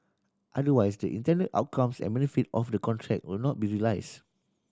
otherwise the intended outcomes and benefit of the contract would not be realised